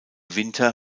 winter